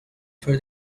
for